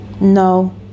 No